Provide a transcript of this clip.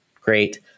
Great